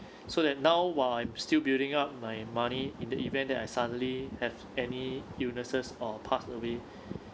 so that now while I'm still building up my money in the event that I suddenly have any illnesses or pass away